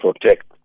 protect